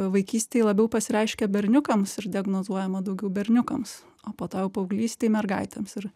vaikystėj labiau pasireiškia berniukams ir diagnozuojama daugiau berniukams o po to jau paauglystėj mergaitėms ir